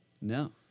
No